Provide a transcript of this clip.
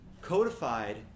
codified